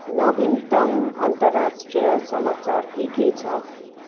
नवीनतम अन्तराष्ट्रिय समाचार के के छ